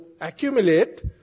accumulate